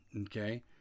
okay